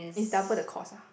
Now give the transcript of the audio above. it's double the cost ah